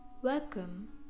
Welcome